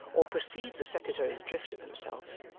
or perceived the secretary's drift of himself,